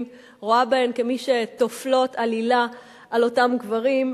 רואה בהן מי שטופלות עלילה על אותם גברים,